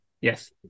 Yes